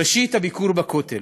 ראשית, הביקור בכותל.